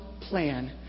plan